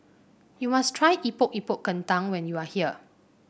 you must try Epok Epok Kentang when you are here